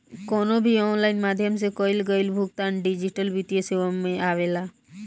कवनो भी ऑनलाइन माध्यम से कईल गईल भुगतान डिजिटल वित्तीय सेवा में आवेला